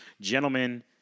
Gentlemen